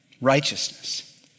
Righteousness